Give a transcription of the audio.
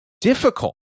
difficult